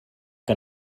que